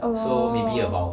oh